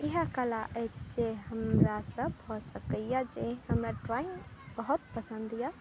इएह कला अछि जे हमरा सब भऽ सकैया जे हमरा ड्रॉइंग बहुत पसन्द यऽ